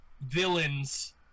villains